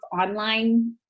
online